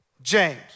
James